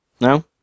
No